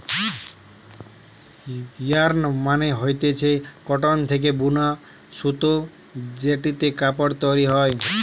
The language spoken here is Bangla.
যার্ন মানে হতিছে কটন থেকে বুনা সুতো জেটিতে কাপড় তৈরী হয়